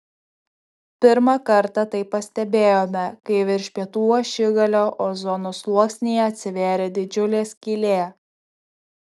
pirmą kartą tai pastebėjome kai virš pietų ašigalio ozono sluoksnyje atsivėrė didžiulė skylė